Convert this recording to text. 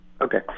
Okay